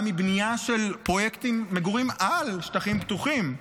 מבנייה של פרויקטים של מגורים על שטחים פתוחים.